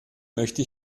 möchte